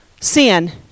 sin